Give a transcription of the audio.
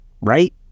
Right